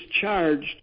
charged